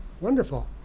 Wonderful